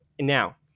Now